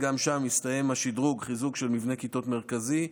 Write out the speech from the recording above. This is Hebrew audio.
גם שם הסתיים השדרוג, חיזוק של מבנה כיתות מרכזי.